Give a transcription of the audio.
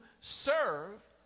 serve